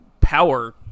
power